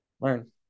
learn